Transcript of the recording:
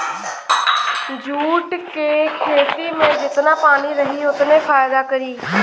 jute के खेती में जेतना पानी रही ओतने फायदा करी